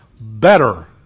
better